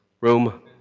room